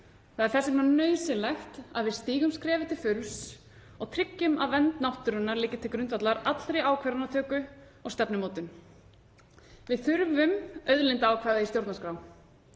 Það er þess vegna nauðsynlegt að við stígum skrefið til fulls og tryggjum að vernd náttúrunnar liggi til grundvallar allri ákvarðanatöku og stefnumótun. Við þurfum auðlindaákvæði í stjórnarskrá.